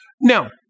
Now